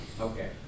Okay